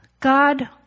God